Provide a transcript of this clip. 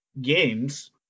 games